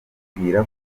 batubwira